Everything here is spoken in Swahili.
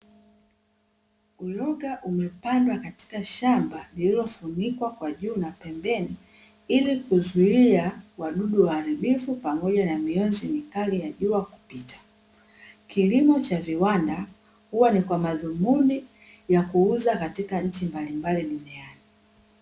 Uyoga umepandwa katika shamba lililofunikwa kwa juu na pembeni, ili kuzuia wadudu waharibifu pamoja mionzi makali ya jua kupita. Kilimo cha viwanda huwa ni kwa madhumuni ya kuuza katika nchi mbalimbali duniani.